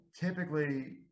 typically